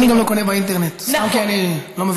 אני גם לא קונה באינטרנט, סתם כי אני לא מבין בזה.